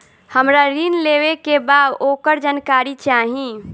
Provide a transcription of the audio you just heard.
हमरा ऋण लेवे के बा वोकर जानकारी चाही